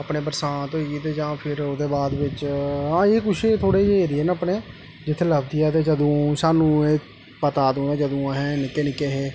अपने बरसांत होई जां ते ओह्दे बाद बिच्च फिर हां कुछ हा एह् कुछ थोह्ड़े जेह् ऐरिये न अपने जित्थें लब्भदियां ते जूदं सानूं एह् पता ऐ अदूं जदूं अस निक्के निक्के हे